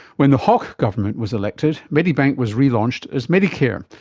when the hawke government was elected, medibank was relaunched as medicare,